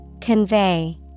Convey